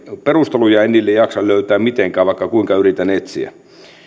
perusteluja en niille jaksa löytää mitenkään vaikka kuinka yritän etsiä